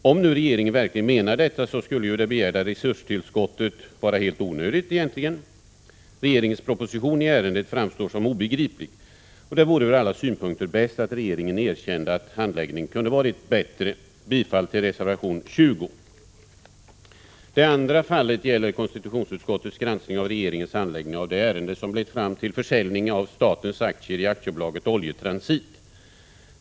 Om nu regeringen verkligen menar detta, skulle ju det begärda resurstillskottet egentligen vara helt onödigt. Regeringens proposition i ärendet framstår som obegriplig. Det vore ur alla synpunkter bäst att regeringen erkände att handläggningen kunde ha varit bättre. Det andra fallet gäller konstitutionsutskottets granskning av regeringens handläggning av det ärende som lett fram till försäljning av statens aktier i AB Oljetransit.